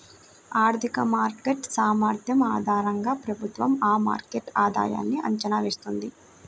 ఆర్థిక మార్కెట్ సామర్థ్యం ఆధారంగా ప్రభుత్వం ఆ మార్కెట్ ఆధాయన్ని అంచనా వేస్తుంది